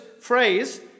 phrase